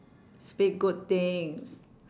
speak good things